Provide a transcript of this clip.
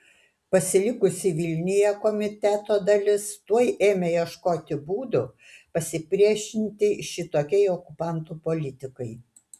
pasilikusi vilniuje komiteto dalis tuoj ėmė ieškoti būdų pasipriešinti šitokiai okupantų politikai